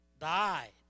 died